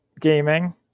Gaming